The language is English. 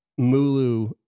Mulu